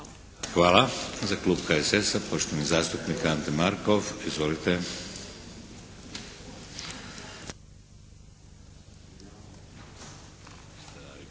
Hvala. Za klub HSS-a, poštovani zastupnik Ante Markov. Izvolite.